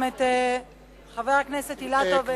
את חבר הכנסת אילטוב ואת דודו רותם.